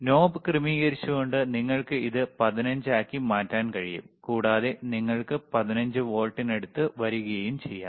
knob ക്രമീകരിച്ചുകൊണ്ട് നിങ്ങൾക്ക് ഇത് 15 ആക്കി മാറ്റാൻ കഴിയും കൂടാതെ നിങ്ങൾക്ക് 15 വോൾട്ടിനടുത്ത് വരികയും ചെയ്യാം